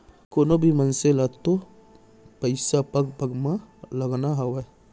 कोनों भी मनसे ल तो पइसा पग पग म लगाना हावय